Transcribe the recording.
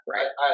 Right